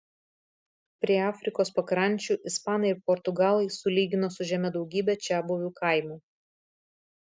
prie afrikos pakrančių ispanai ir portugalai sulygino su žeme daugybę čiabuvių kaimų